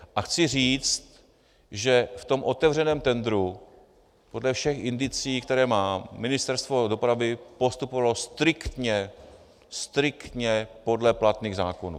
A chci říct, že v tom otevřeném tendru podle všech indicií, které mám, Ministerstvo dopravy postupovalo striktně, striktně podle platných zákonů.